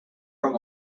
from